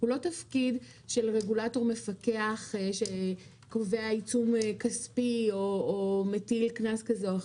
הוא לא תפקיד של רגולטור מפקח שקובע עיצום כספי או מטיל קנס כזה או אחר.